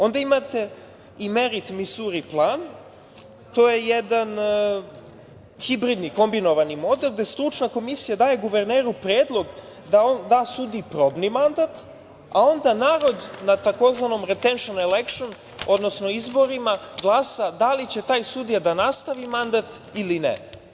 Onda imate „imerit misuri plam“ to je jedan hibridni kombinovani model, gde stručna komisija daje guverneru predlog da on da sudiji probni mandat, a onda narod na tzv. „retenš elekš“, odnosno izborima glasa da li će taj sudija da nastavi mandat ili ne.